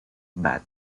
bat